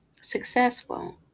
successful